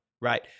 right